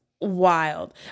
wild